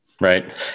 Right